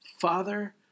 Father